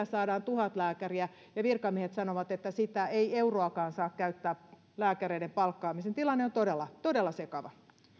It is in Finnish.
saadaan tuhat lääkäriä ja virkamiehet sanovat että siitä ei euroakaan saa käyttää lääkäreiden palkkaamiseen tilanne on todella todella sekava